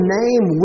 name